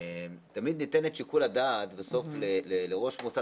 תמיד ניתן את שיקול הדעת בסוף לראש מוסד